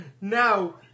Now